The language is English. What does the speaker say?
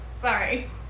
Sorry